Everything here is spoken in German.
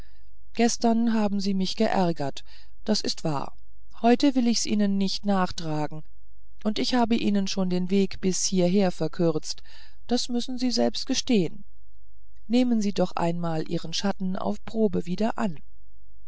gestern haben sie mich geärgert das ist wahr heute will ich's ihnen nicht nachtragen und ich habe ihnen schon den weg bis hieher verkürzt das müssen sie selbst gestehen nehmen sie doch nur einmal ihren schatten auf probe wieder an